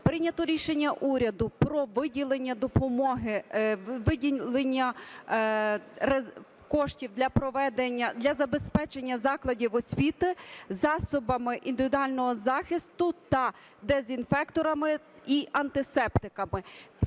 Прийнято рішення уряду про виділення допомоги, виділення коштів для проведення, для забезпечення закладів освіти засобами індивідуального захисту та дезінфекторами і антисептиками.